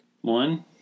One